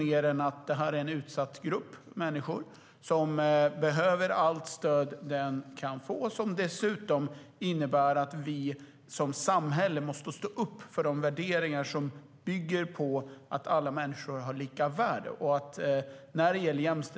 Det handlar om en utsatt grupp människor som behöver allt stöd den kan få, som dessutom innebär att vi som samhälle måste stå upp för de värderingar som bygger på att alla människor har lika värde.